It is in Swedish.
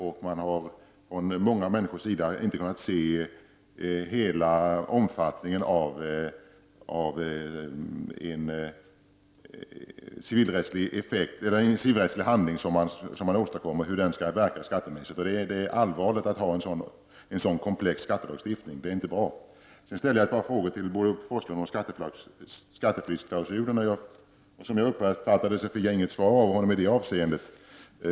Det är många människor som inte har kunnat se hela omfattningen av den civilrättsliga handling som har åstadkommits och hur den verkar skattemässigt. Det är allvarligt att ha en så komplex skattelagstiftning. Det är inte bra. Jag ställde ett par frågor till Bo Forslund om skattetrycksklausulen. Som jag upfattade det fick jag inget svar.